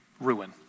ruin